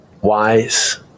wise